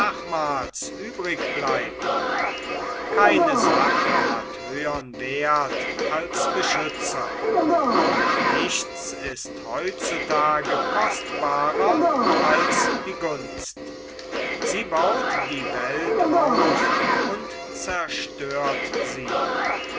übrig bleiben keine sache hat höhern werth als beschützer und nichts ist heut zu tage kostbarer als die gunst sie baut die welt auf und zerstört sie